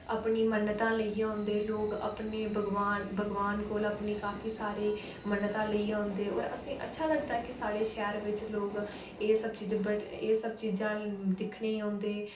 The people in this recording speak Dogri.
अपनी मन्नतां लेइयै औंदे लोक अपने भगवान भगवान कोल अपनी काफी सारे मन्नतां लेइयै औंदे और असें अच्छा लगदा कि साढ़े शैह्र बिच लोग एह् सब चीजें एह् सब चीजां दिक्खने औंदे